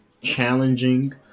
challenging